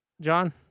John